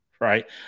Right